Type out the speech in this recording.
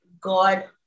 God